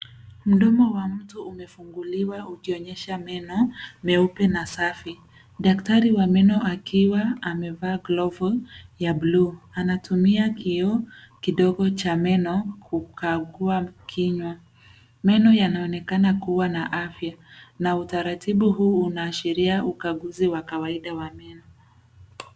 Mdomo wa mtu umefunguliwa ukionyesha meno meupe na safi. Daktari wa meno akiwa amevaa glovu ya buluu anatumia kioo kidogo cha meno kukagua kinywa. Meno yanaonekana kuwa na afya na utaratibu huu unaashiria ukaguzi wa kawaida wa meno.